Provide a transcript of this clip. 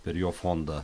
per jo fondą